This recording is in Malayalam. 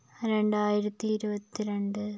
രണ്ടായിരത്തി ഇരുപത്തി രണ്ട്